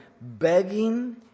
begging